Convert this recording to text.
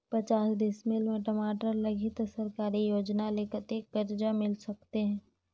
पचास डिसमिल मा टमाटर लगही त सरकारी योजना ले कतेक कर्जा मिल सकथे?